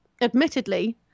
admittedly